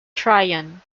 tryon